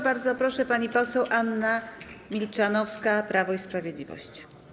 Bardzo proszę, pani poseł Anna Milczanowska, Prawo i Sprawiedliwość.